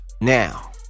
Now